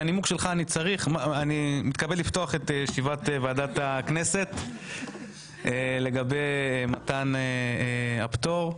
אני מתכבד לפתוח את ישיבת ועדת הכנסת לגבי מתן הפטור.